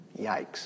Yikes